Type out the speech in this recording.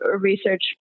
research